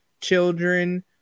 children